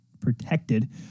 protected